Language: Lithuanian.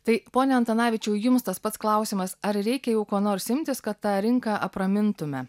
tai pone antanavičiau jums tas pats klausimas ar reikia jau ko nors imtis kad tą rinką apramintume